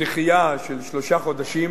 דחייה של שלושה חודשים